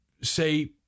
say